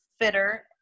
fitter